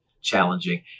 challenging